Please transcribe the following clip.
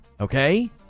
okay